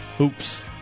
Oops